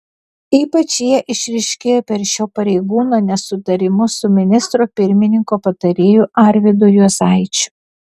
ypač jie išryškėjo per šio pareigūno nesutarimus su ministro pirmininko patarėju arvydu juozaičiu